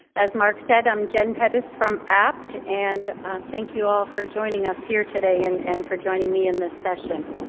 as mark said, i'm jen pettis from abt. and thank you all for joining us here today and and for joining me in this session.